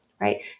right